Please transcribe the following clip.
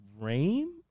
Rain